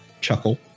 chuckle